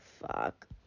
fuck